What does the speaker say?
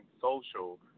social